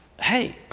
hey